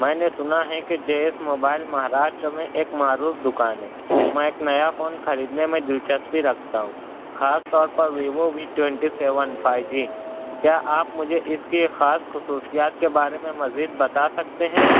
میں نے سنا ہے کہ جے ایس موبائل مہاراشٹر میں ایک معروف دکان ہے میں ایک نیا فون خریدنے میں دلچسپی رکھتا ہوں خاص طور پر Vivo V twenty seven five G کیا آپ مجھے اس کی خاص خصوصیات کے بارے میں مزید بتا سکتے ہیں